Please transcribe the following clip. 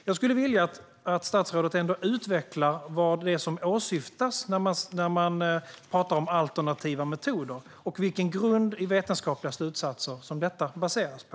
Jag skulle vilja att statsrådet utvecklar vad som åsyftas när man talar om alternativa metoder. Och vilka vetenskapliga slutsatser baseras detta på?